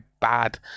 bad